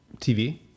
TV